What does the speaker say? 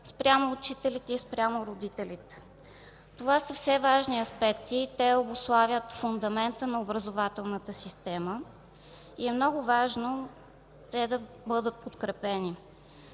спрямо учителите и спрямо родителите. Това са все важни аспекти и те обуславят фундамента на образователната система и е много важно те да бъдат подкрепени.